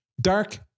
Dark